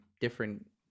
different